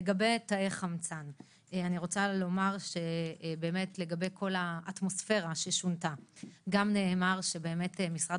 לגבי תאי חמצן לגבי כל האטמוספרה ששונתה נאמר שמשרד